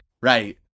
right